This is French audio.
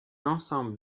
ensemble